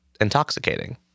Intoxicating